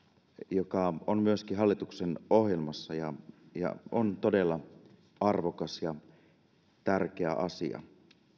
joka on myöskin hallituksen ohjelmassa ja ja joka on todella arvokas ja tärkeä asia